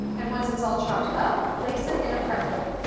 and once it's all chopped up, place it in a prep bowl.